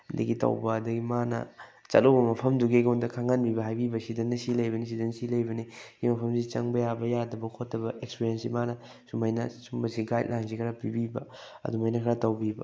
ꯑꯗꯒꯤ ꯇꯧꯕ ꯑꯗꯩꯒꯤ ꯃꯥꯅ ꯆꯠꯂꯨꯕ ꯃꯐꯝꯗꯨꯒꯤ ꯑꯩꯉꯣꯟꯗ ꯈꯪꯍꯟꯕꯤꯕ ꯍꯥꯏꯕꯤꯕ ꯁꯤꯗꯅ ꯁꯤ ꯂꯩꯕꯅꯤ ꯁꯤꯗꯅ ꯁꯤ ꯂꯩꯕꯅꯤ ꯁꯤ ꯃꯐꯝꯁꯤ ꯆꯪꯕ ꯌꯥꯕ ꯌꯥꯗꯕ ꯈꯣꯠꯇꯕ ꯑꯦꯛꯁꯄꯤꯔꯤꯌꯦꯟꯁꯁꯤ ꯃꯥꯅ ꯁꯨꯃꯥꯏꯅ ꯁꯨꯝꯕꯁꯤ ꯒꯥꯏꯠꯂꯥꯏꯟꯁꯤ ꯈꯔ ꯄꯤꯕꯤꯕ ꯑꯗꯨꯃꯥꯏꯅ ꯈꯔ ꯇꯧꯕꯤꯕ